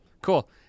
Cool